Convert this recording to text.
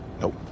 Nope